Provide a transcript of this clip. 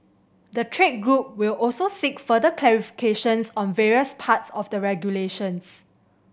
the trade group will also seek further clarification on various parts of the regulations